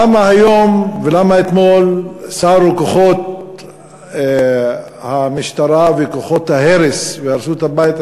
למה היום ולמה אתמול סרו כוחות המשטרה וכוחות ההרס והרסו את הבית?